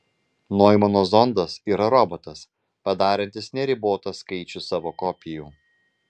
noimano zondas yra robotas padarantis neribotą skaičių savo kopijų